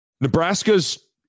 Nebraska's